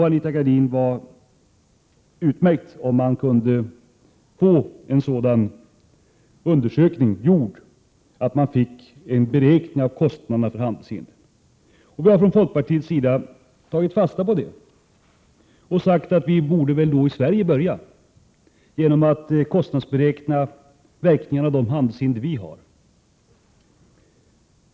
Anita Gradin tyckte att det var utmärkt om kostnaderna för handelshindren kunde beräknas genom en undersök Sd den OS ning. Folkpartiet har tagit fasta på det uttalandet och sagt att vi i Sverige bör SIDEN SUUeSTaT tionen kostnadsberäkna verkningarna av våra handelshinder.